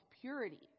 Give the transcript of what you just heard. purity